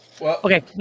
Okay